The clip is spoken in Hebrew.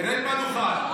תרד מהדוכן.